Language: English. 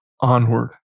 onward